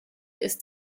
ist